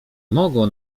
mogło